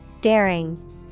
daring